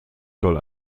soll